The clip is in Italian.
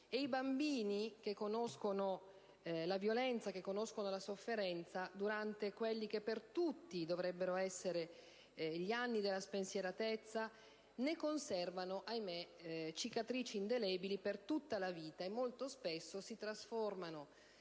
I bambini che conoscono la violenza e la sofferenza, durante quelli che per tutti dovrebbero essere gli anni della spensieratezza, conservano purtroppo delle cicatrici indelebili per tutta la vita e molto spesso si trasformano,